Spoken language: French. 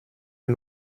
une